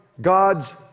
God's